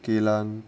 geylang